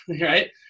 right